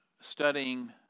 studying